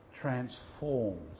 transforms